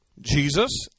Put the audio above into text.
Jesus